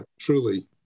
truly